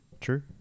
True